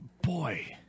Boy